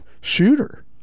shooter